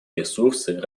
ресурсы